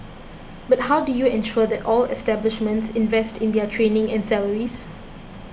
but how do you ensure that all establishments invest in their training and salaries